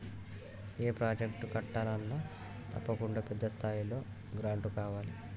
ఏ project కట్టాలన్నా తప్పకుండా పెద్ద స్థాయిలో గ్రాంటు కావాలి